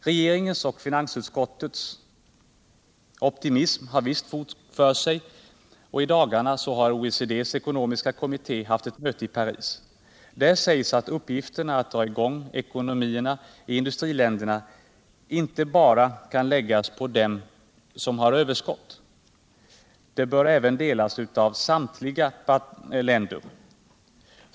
Regeringens och finansutskottets optimism har visst fog för sig. I dagarna har OECD:s ekonomiska kommitté haft ett möte i Paris. Där sägs att uppgifterna att dra i gång ekonomierna i industriländerna inte bara kan läggas på dem som har överskott. De bör delas av samtliga länder.